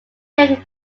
carried